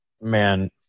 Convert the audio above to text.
man